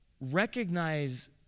recognize